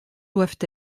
doivent